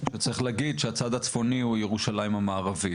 צריך להגיד שהצד הצפוני הוא ירושלים המערבית,